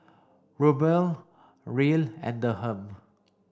Ruble Riel and Dirham